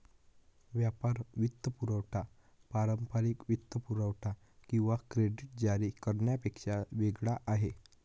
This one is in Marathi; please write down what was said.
व्यापार वित्तपुरवठा पारंपारिक वित्तपुरवठा किंवा क्रेडिट जारी करण्यापेक्षा वेगळा आहे